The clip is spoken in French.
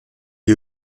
est